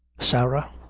sarah,